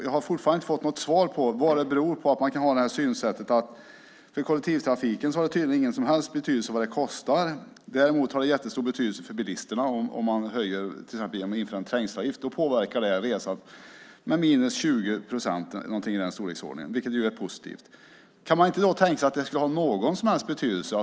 Jag har fortfarande inte fått något svar på att man kan ha synsättet att det tydligen inte har någon som helst betydelse för kollektivtrafiken vad det kostar. Däremot har det jättestor betydelse för bilisterna om man till exempel inför en trängselavgift. Då påverkar det resandet med minus 20 procent eller någonting i den storleksordningen, vilket är positivt. Kan man inte tänka sig att det skulle ha någon som helst betydelse?